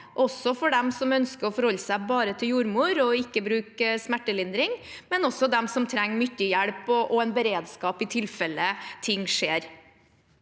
– for dem som ønsker bare å forholde seg til jordmor og ikke bruke smertelindring, men også for dem som trenger mye hjelp og en beredskap i tilfelle ting skjer.